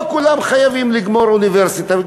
לא כולם חייבים לגמור אוניברסיטה.